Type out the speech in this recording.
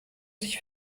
sich